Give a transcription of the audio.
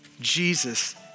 Jesus